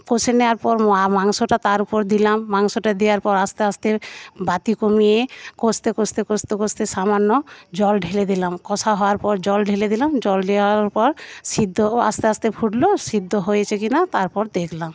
কষে নেওয়ার পর মাংসটা তার উপর দিলাম মাংসটা দেওয়ার পর আস্তে আস্তে বাতি কমিয়ে কষতে কষতে কষতে কষতে সামান্য জল ঢেলে দিলাম কষা হওয়ার পর জল ঢেলে দিলাম জল দেওয়ার পর সিদ্ধ আস্তে আস্তে ফুটল সিদ্ধ হয়েছে কিনা তারপর দেখলাম